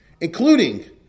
including